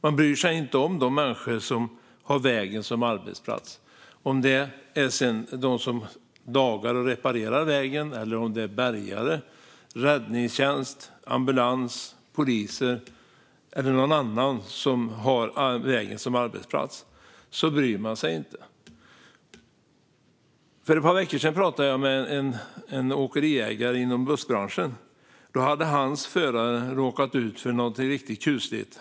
Man bryr sig inte om de människor som har vägen som arbetsplats. Oavsett om det är personer som lagar och reparerar vägen, bärgare, räddningstjänst, ambulans, poliser eller andra som har vägen som arbetsplats bryr man sig inte. För ett par veckor sedan pratade jag med en åkeriägare inom bussbranschen. Hans förare hade råkat ut för någonting riktigt kusligt.